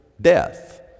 death